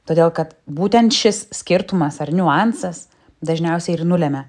todėl kad būtent šis skirtumas ar niuansas dažniausiai ir nulemia